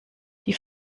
die